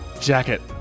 jacket